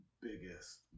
biggest